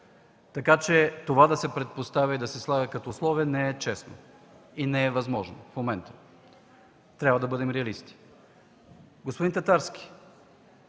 Така че това да се предпоставя и да се поставя като условие, не е честно и не е възможно в момента. Трябва да бъдем реалисти. Господин Татарски,